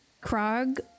Krog